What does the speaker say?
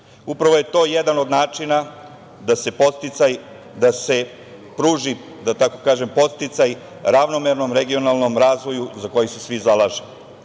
Upravo je to jedan od načina da se podsticaj, da se pruži, da tako kažem, podsticaj ravnomernom regionalnom razvoju za koji se svi zalažemo. Javni